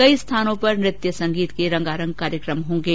कई स्थानों पर नृत्य संगीत के रंगारंग कार्यक्रम होंगे